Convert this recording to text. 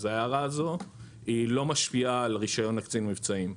אז ההערה הזאת היא לא משפיעה על רישיון קצין המבצעים.